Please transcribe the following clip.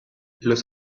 los